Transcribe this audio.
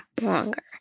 longer